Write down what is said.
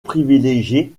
privilégié